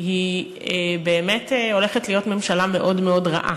הזאת באמת הולכת להיות ממשלה מאוד מאוד רעה.